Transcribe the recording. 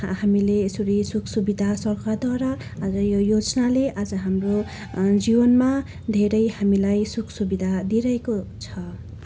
हा हामीले यसरी सुख सविधा सरकारद्वारा आज यो योजनाले आज हाम्रो जीवनमा धेरै हामीलाई सुख सुविधा दिइरहेको छ